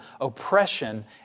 oppression